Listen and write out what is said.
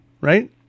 right